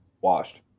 washed